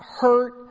hurt